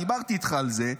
דיברתי איתך על זה,